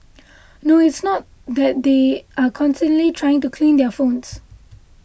no it's not that they are constantly trying to clean their phones